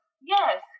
yes